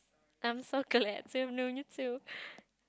I'm so glad to have known you too